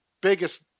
biggest